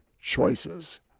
choices